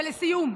ולסיום,